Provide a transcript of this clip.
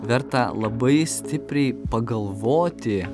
verta labai stipriai pagalvoti